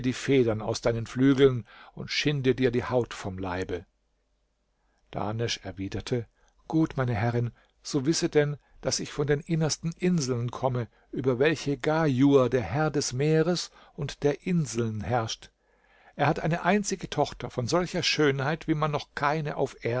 die federn aus deinen flügeln und schinde dir die haut vom leibe dahnesch erwiderte gut meine herrin so wisse denn daß ich von den innersten inseln komme über welche ghajur der herr des meeres und der inseln herrscht er hat eine einzige tochter von solcher schönheit wie man noch keine auf